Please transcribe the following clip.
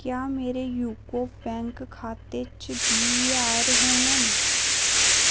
क्या मेरे UCO bank खाते च बीह् ज्हार होङन